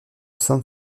san